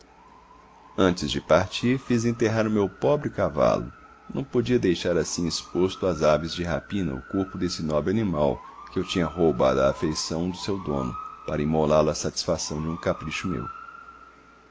antes de partir fiz enterrar o meu pobre cavalo não podia deixar assim exposto às aves de rapina o corpo desse nobre animal que eu tinha roubado à afeição do seu dono para imolá lo à satisfação de um capricho meu